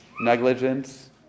negligence